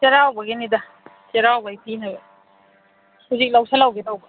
ꯆꯩꯔꯥꯎꯕꯒꯤꯅꯤꯗ ꯆꯩꯔꯥꯎꯕꯒꯤ ꯄꯤꯅꯕ ꯍꯧꯖꯤꯛ ꯂꯧꯁꯤꯜꯍꯧꯒꯦ ꯇꯧꯕ